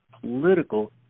political